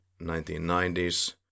1990s